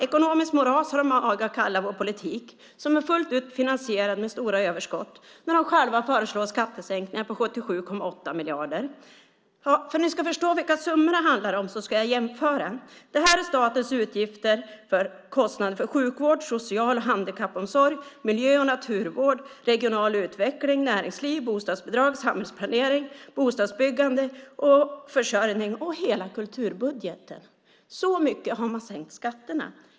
Ekonomiskt moras, har de mage att kalla vår politik som är fullt ut finansierad med stora överskott när de själva föreslår skattesänkningar på 77,8 miljarder. För att ni ska förstå vilka summor det handlar om ska jag jämföra. Det här är statens utgifter för kostnader för sjukvård, social handikappomsorg, miljö och naturvård, regional utveckling, näringsliv, bostadsbidrag, samhällsplanering, bostadsbyggande och försörjning och hela kulturbudgeten. Så mycket har man sänkt skatterna.